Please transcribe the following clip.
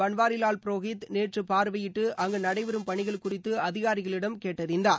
பன்வாரிலால் புரோகித் நேற்று பார்வையிட்டு அங்கு நடைபெறும் பணிகள் குறித்து அதிகாரிகளிடம் கேட்டறிந்தார்